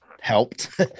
helped